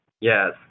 Yes